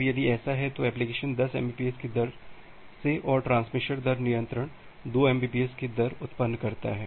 अब यदि ऐसा है तो एप्लिकेशन 10 एमबीपीएस की दर से और ट्रांसमिशन दर नियंत्रण 2 एमबीपीएस की दर उत्पन्न करता है